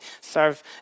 serve